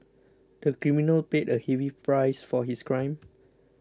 the criminal paid a heavy price for his crime